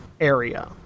area